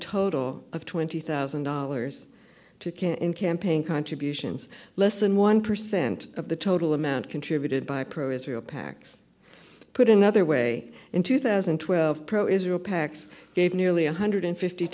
total of twenty thousand dollars to king in campaign contributions less than one percent of the total amount contributed by pro israel pacs put another way in two thousand and twelve pro israel pacs gave nearly one hundred fifty